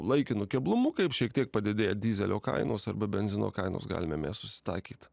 laikinu keblumu kaip šiek tiek padidėję dyzelio kainos arba benzino kainos galime mes susitaikyt